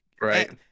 Right